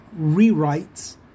rewrites